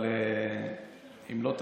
אבל אם לא תעצרו,